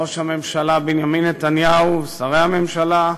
ראש הממשלה בנימין נתניהו, שרי הממשלה,